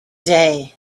day